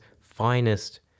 finest